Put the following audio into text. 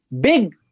big